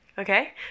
Okay